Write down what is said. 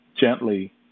gently